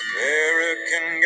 American